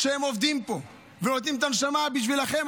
הם עובדים פה ונותנים את הנשמה בשבילכם,